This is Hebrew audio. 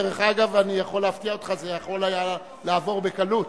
אני יכול להפתיע אותך: זה יכול היה לעבור בקלות.